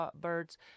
birds